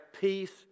peace